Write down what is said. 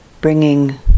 bringing